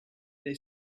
they